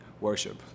worship